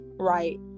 right